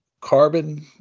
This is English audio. carbon